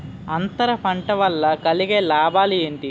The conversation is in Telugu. అంతర పంట వల్ల కలిగే లాభాలు ఏంటి